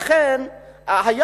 לכן היו